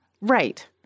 Right